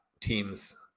teams